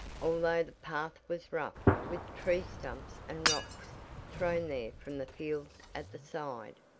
although the path was rough with tree stumps and rocks thrown there from the fields at the side.